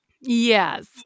Yes